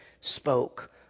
spoke